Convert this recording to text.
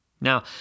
Now